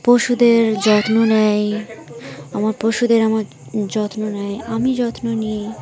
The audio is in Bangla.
পশুদের যত্ন নেয় আমার পশুদের আমার যত্ন নেয় আমি যত্ন নিই